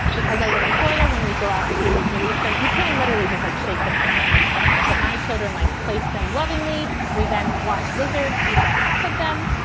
because i live in florida when we go out to release them. you can't literally just like shake them on to any plants. but my children, like, place them lovingly. we then watch lizards eat about half of them.